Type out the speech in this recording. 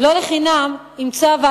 מה קורה.